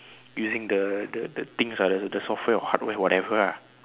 using the the the things lah like the software or hardware whatever ah